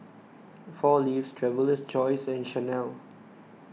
four Leaves Traveler's Choice and Chanel